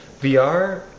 VR